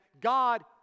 God